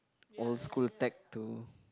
old school tech to